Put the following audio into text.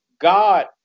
God